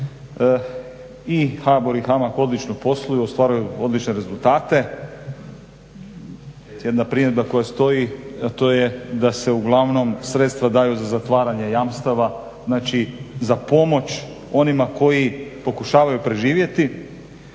I HBOR i HAMAG odlično posluju, ostvaruju odlične rezultate. Jedna primjedba koja stoji, a to je da se uglavnom sredstva daju za zatvaranje jamstava, znači za pomoć onima koji pokušavaju preživjeti.